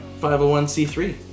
501c3